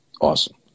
Awesome